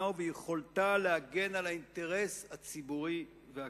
וביכולתה להגן על האינטרס הציבורי והכללי.